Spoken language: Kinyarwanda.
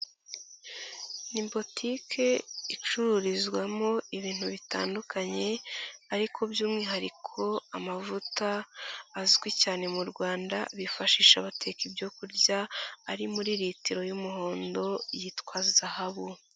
Ni botike icururizwamo ibintu bitandukanye ariko by'umwihariko amavuta azwi cyane mu Rwanda bifashisha bateka ibyo kurya, ari muri litiro y'umuhondo yitwa zahabu.